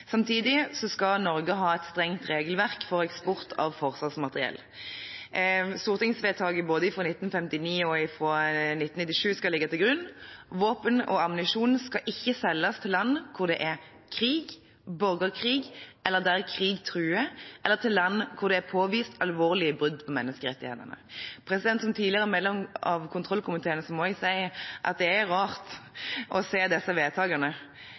Samtidig skal Norge ha et strengt regelverk for eksport av forsvarsmateriell. Stortingsvedtaket både fra 1959 og fra 1997 skal ligge til grunn. Våpen og ammunisjon skal ikke selges til land hvor det er krig, borgerkrig eller der krig truer, eller til land hvor det er påvist alvorlige brudd på menneskerettighetene. Som tidligere medlem av kontrollkomiteen må jeg si at det er rart å se disse vedtakene